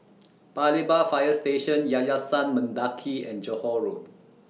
Paya Lebar Fire Station Yayasan Mendaki and Johore Road